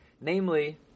Namely